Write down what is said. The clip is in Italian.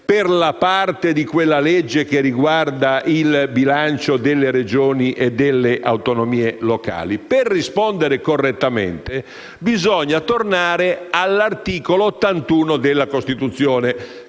per la parte di quella legge che riguarda il bilancio delle Regioni e delle autonomie locali? Per rispondere correttamente, bisogna tornare all'articolo 81 della Costituzione,